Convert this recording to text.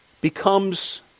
becomes